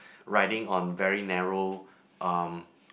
riding on very narrow um